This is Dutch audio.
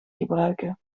gebruiken